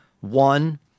one